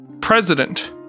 president